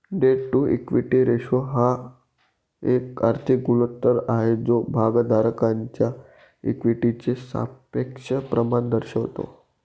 date to equity ratio हा एक आर्थिक गुणोत्तर आहे जो भागधारकांच्या इक्विटीचे सापेक्ष प्रमाण दर्शवतो